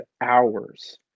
hours